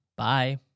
Bye